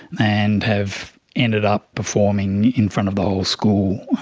and have ended up performing in front of the whole school.